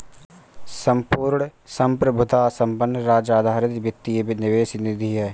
संपूर्ण संप्रभुता संपन्न राज्य आधारित वित्तीय निवेश निधि है